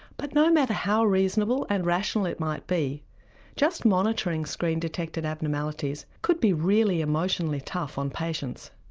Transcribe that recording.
but no matter how reasonable and rational it might be just monitoring screen-detected abnormalities could be really emotionally tough on patients.